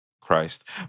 Christ